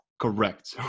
correct